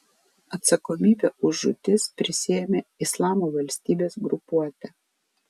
atsakomybę už žūtis prisiėmė islamo valstybės grupuotė